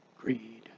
greed